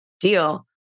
deal